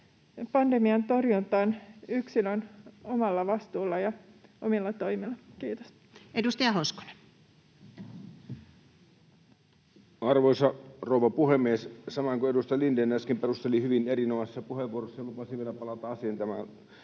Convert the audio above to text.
pandemian torjuntaan yksilön omalla vastuulla ja omilla toimilla. — Kiitos. Edustaja Hoskonen. Arvoisa rouva puhemies! Samoin kuin edustaja Lindén äsken perusteli hyvin erinomaisessa puheenvuorossaan — ja lupasi vielä palata asiaan,